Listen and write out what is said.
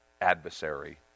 adversary